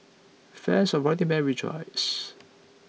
fans of Running Man rejoice